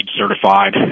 certified